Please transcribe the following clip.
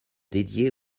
dédié